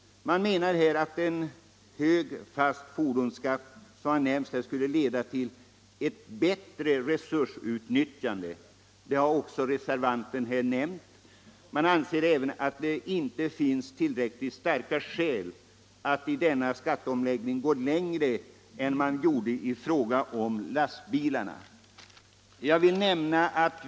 Man menar att en hög, fast fordonsskatt leder till ett bättre resursutnyttjande; den saken har också en av reservanterna här nämnt. Man anser vidare att det inte finns tillräckligt starka skäl för att i denna skatteomläggning gå längre än vad som skedde när det gällde lastbilarna.